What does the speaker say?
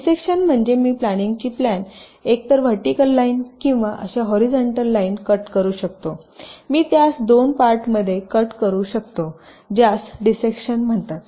dissection म्हणजे मी प्लॅनिंगची प्लॅन एकतर व्हर्टिकल लाईन किंवा अशा हॉरीझॉन्टल लाईन कट करू शकतो मी त्यास दोन पार्टमध्ये कट करू शकते ज्यास डिसेक्शन म्हणतात